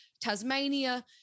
Tasmania